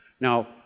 Now